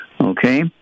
Okay